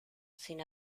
sin